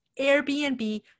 Airbnb